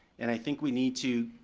and i think we need to,